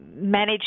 manage